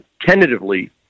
tentatively